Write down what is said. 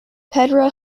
pedro